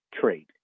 trade